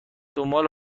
دنبال